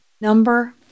Number